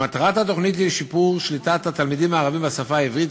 מטרת התוכנית היא שיפור שליטת התלמידים הערבים בשפה העברית,